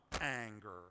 anger